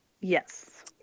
Yes